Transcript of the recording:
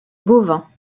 bovins